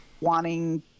wanting